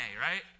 right